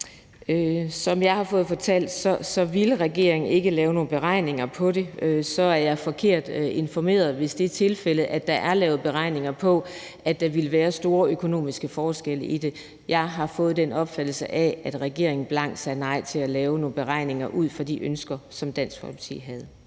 Som jeg har fået det fortalt, ville regeringen ikke lave nogen beregninger på det. Så er jeg forkert informeret, hvis det er tilfældet, at der er lavet beregninger på, at der ville være store økonomiske forskelle i det. Jeg har fået en opfattelse af, at regeringen blankt sagde nej til at lave nogle beregninger ud fra de ønsker, som Dansk Folkeparti havde.